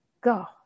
Go